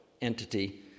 entity